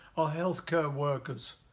our health care workers,